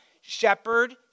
shepherd